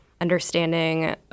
understanding